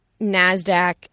NASDAQ